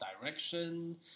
direction